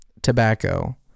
tobacco